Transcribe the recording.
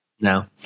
no